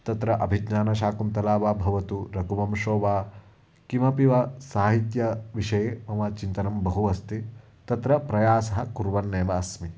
तत्र अभिज्ञानशाकुन्तलं वा भवतु रघुवंशो वा किमपि वा साहित्यविषये मम चिन्तनं बहु अस्ति तत्र प्रयासः कुर्वन्नेव अस्मि